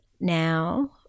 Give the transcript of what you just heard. now